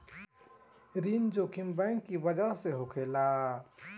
ऋण जोखिम बैंक की बजह से होखेला